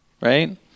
right